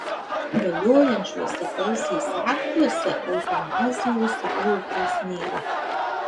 galiojančiuose teisės aktuose eutanazijos sąvokos nėra